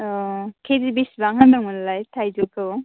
औ कि जि बिसिबां होनदोंमोनलाय थाइजौखौ